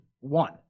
One